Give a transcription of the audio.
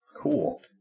Cool